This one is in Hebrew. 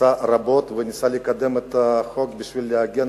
עשה רבות וניסה לקדם את החוק בשביל להגן